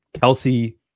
Kelsey